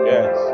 Yes